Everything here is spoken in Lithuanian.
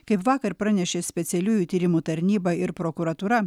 kaip vakar pranešė specialiųjų tyrimų tarnyba ir prokuratūra